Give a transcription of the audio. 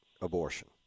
abortion